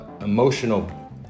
emotional